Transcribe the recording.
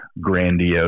grandiose